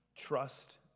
trust